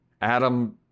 Adam